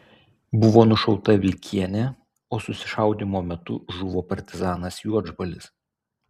buvo nušauta vilkienė o susišaudymo metu žuvo partizanas juodžbalis